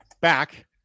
back